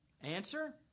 Answer